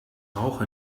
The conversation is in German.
rauche